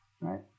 right